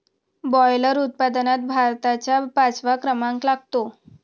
boiler उत्पादनात भारताचा पाचवा क्रमांक लागतो